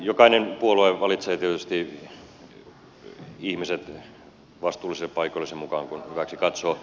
jokainen puolue valitsee tietysti ihmiset vastuullisille paikoille sen mukaan kuin hyväksi katsoo